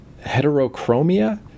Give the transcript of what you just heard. heterochromia